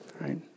right